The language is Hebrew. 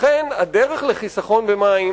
לכן הדרך לחיסכון במים